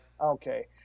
Okay